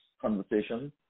conversation